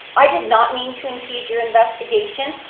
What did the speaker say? i did not mean to impede your investigation,